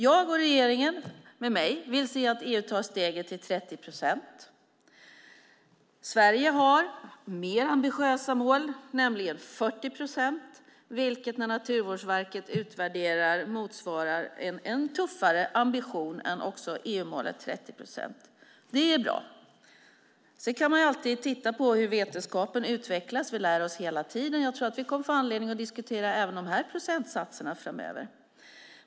Jag och regeringen med mig vill se att EU tar steget till 30 procent. Sverige har mer ambitiösa mål, nämligen 40 procent, vilket när Naturvårdsverket utvärderar motsvarar en tuffare ambition än EU-målet 30 procent. Det är bra. Sedan kan man alltid titta på hur vetenskapen utvecklas. Vi lär oss hela tiden, och jag tror att vi kommer att få anledning att diskutera även de här procentsatserna framöver.